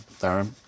Darren